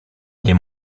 les